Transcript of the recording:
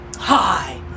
Hi